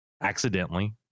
accidentally